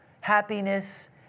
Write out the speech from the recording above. happiness